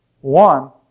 one